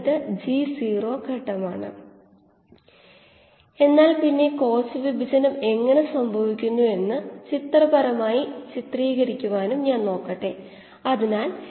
ഇവിടെ ഒരു മാറ്റവും സംഭവികുന്നില്ല D D m ആയി മാറും പിന്നെ KS ഉം 𝜇𝑚 ഉം സ്ഥിരമാണ്Dm ൻറെ സമവാക്യം പകരം കൊടുത്താൽ പരമാവധി കോശത്തിലെ ഗാഢതയുടെ സമവാക്യമാണിത്